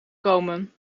komen